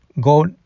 go